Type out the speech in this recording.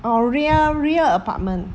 oh ria ria apartment